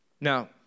Now